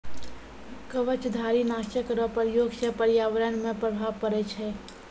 कवचधारी नाशक रो प्रयोग से प्रर्यावरण मे प्रभाव पड़ै छै